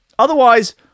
Otherwise